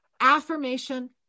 Affirmation